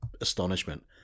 astonishment